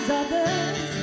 others